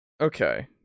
okay